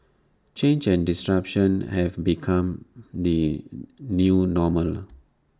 change and disruption have become the new normal